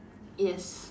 yes